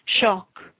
Shock